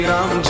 Ram